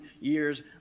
years